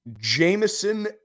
Jameson